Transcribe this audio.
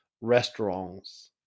restaurants